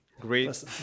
Great